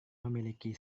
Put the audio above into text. memiliki